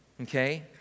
Okay